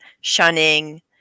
shunning